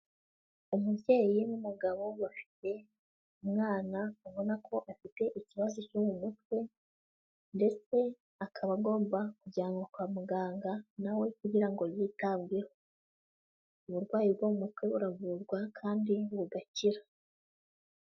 Umubyeyi n'umugabo bafite umwana ubona ko afite ikibazo cyo mu mutwe ndetse akaba agomba kujyanwa kwa muganga na we kugira ngo yitabweho, uburwayi bwo mu mutwe buravurwa kandi bugakira.